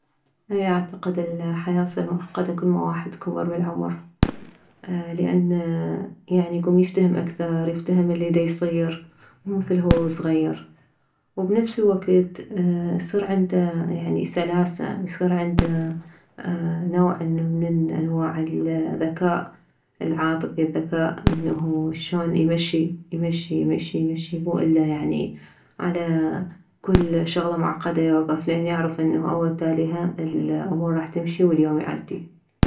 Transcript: اي اعتقد الحياة تصير معقدة كلما واحد كبر بالعمر لان يعني يكوم يفتهم اكثر يفتهم الي ديصير مو مثل هو وصغير وبنفس الوكت يصير عنده يعني سلاسة يصير عنده نوع انه من انواع الذكاء العاطفي الذكاء انه شلون يمشي يمشي يمشي يمشي مو الا ان يعني على كل شغلة معقدة يوكف لان يعرف انه اول وتاليها انه الامور راح تمشي واليوم يعدي